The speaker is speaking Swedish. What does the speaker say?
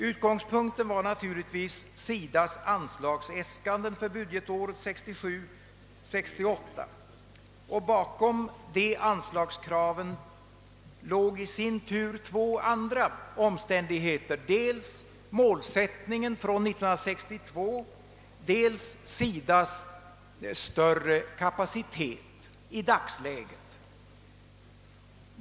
Utgångspunkten var = naturligtvis SIDA:s anslagsäskanden för budgetåret 1967/68, och bakom dessa anslagskrav låg i sin tur två andra omständigheter, dels målsättningen från 1962 och dels SIDA :s större kapacitet i dagsläget.